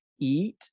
eat